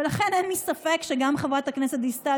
ולכן אין לי ספק שגם חברת הכנסת דיסטל